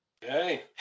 Hey